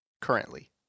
currently